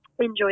enjoy